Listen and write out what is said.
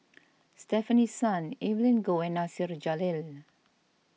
Stefanie Sun Evelyn Goh and Nasir Jalil